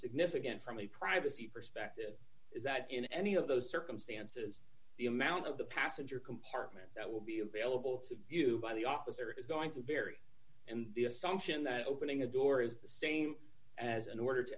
significant from the privacy perspective is that in any of those circumstances the amount of the passenger compartment that will be available to you by the officer is going to vary and the assumption that opening a door is the same as an order to